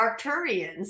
Arcturians